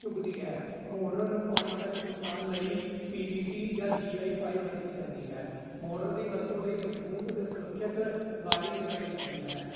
ਚੁੱਕਦੀ ਹੈ ਮੋਟਰ ਨੂੰ ਪਾਣੀ ਤੱਕ ਪਹੁੰਚਾਉਣ ਲਈ ਪੀਬੀਸੀ ਜਾਂ ਜੀਆਈ ਪਾਈਪ ਵਰਤੀ ਜਾਂਦੀ ਹੈ ਮੋਟਰ ਦੀ ਵਰਤੋਂ ਲਈ ਮਜ਼ਬੂਤ ਅਤੇ ਸੁਰੱਖਿਅਤ ਵਾਰਿੰਗ ਲਗਾਈ ਜਾਂਦੀ ਹੈ